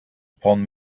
upon